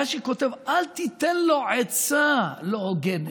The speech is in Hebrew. רש"י כותב: אל תיתן לו עצה לא הוגנת.